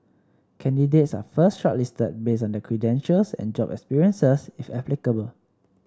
candidates are first shortlisted based on their credentials and job experiences if applicable